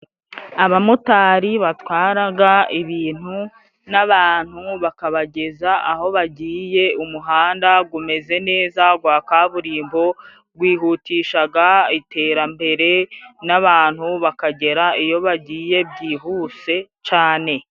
Abamotari batwaraga ibintu n'abantu bakabageza aho bagiye. Umuhanda gumeze neza gwa kaburimbo gwihutishaga iterambere, n'abantu bakagera iyo bagiye byihuse cane.